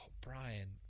Brian